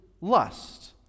lust